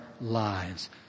lives